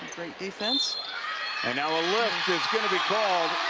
great defense and now a look. it's going to be called